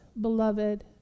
beloved